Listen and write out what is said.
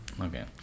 Okay